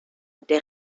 der